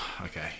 Okay